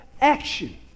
action